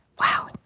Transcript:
Wow